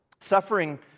Suffering